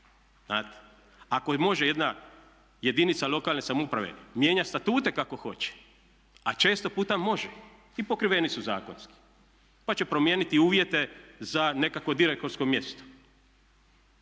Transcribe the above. znate. Ako može jedna jedinica lokalne samouprave mijenjat statute kako hoće, a često puta može i pokriveni su zakonski, pa će promijeniti uvjete za nekakvo direktorsko mjesto,